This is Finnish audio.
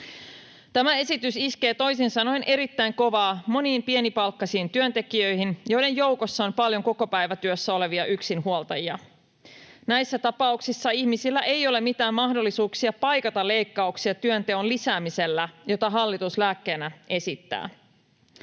Tämä esitys iskee toisin sanoen erittäin kovaa moniin pienipalkkaisiin työntekijöihin, joiden joukossa on paljon kokopäivätyössä olevia yksinhuoltajia. Näissä tapauksissa ihmisillä ei ole mitään mahdollisuuksia paikata leikkauksia työnteon lisäämisellä, jota hallitus lääkkeenä esittää.